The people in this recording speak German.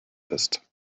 ist